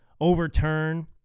overturn